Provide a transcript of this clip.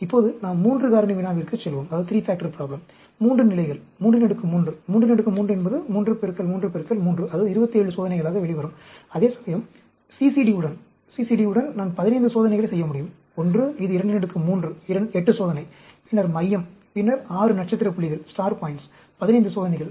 இப்போது நாம் 3 காரணி வினாவிற்குச் செல்வோம் 3 நிலைகள் 33 33 என்பது 3 3 3 அது 27 சோதனைகளாக வெளிவரும் அதேசமயம் CCD உடன் CCD உடன் நான் 15 சோதனைகளை செய்ய முடியும் ஒன்று இது 23 8 சோதனை பின்னர் மையம் பின்னர் 6 நட்சத்திர புள்ளிகள் 15 சோதனைகள்